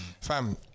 fam